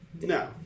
No